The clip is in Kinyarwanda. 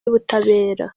y’ubutabera